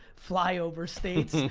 fly over states,